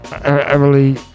Emily